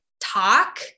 talk